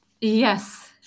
Yes